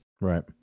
Right